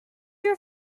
your